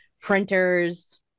printers